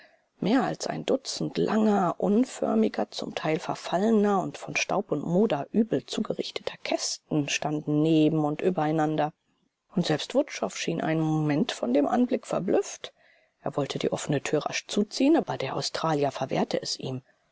mehr als ein dutzend langer unförmiger zum teil verfallener und von staub und moder übel zugerichteter kästen standen neben und übereinander und selbst wutschow schien einen moment von dem anblick verblüfft er wollte die offene tür rasch zuziehen aber der australier verwehrte es ihm